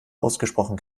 ausgesprochen